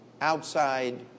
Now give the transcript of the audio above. outside